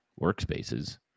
workspaces